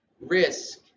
risk